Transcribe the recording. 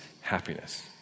happiness